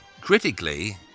Critically